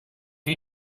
you